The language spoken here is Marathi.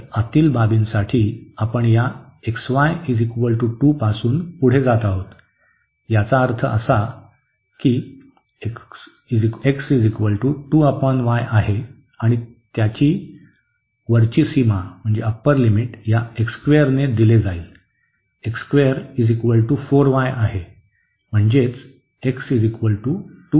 तर आतील बाबीसाठी आपण या पासून पुढे जात आहोत याचा अर्थ असा की x आहे आणि त्यांची वरची सीमा या ने दिली जाईल बरोबर 4 y आहे म्हणजे आहे